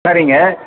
சரிங்க